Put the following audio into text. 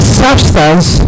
substance